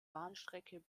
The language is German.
bahnstrecke